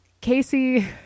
Casey